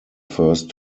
first